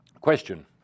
Question